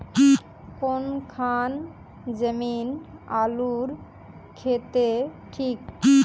कौन खान जमीन आलूर केते ठिक?